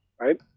Right